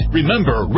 Remember